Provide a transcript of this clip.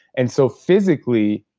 and so physically,